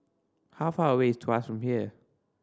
how far away is Tuas from here